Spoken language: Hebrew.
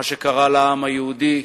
מה שקרה לעם היהודי,